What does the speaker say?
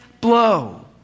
blow